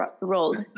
rolled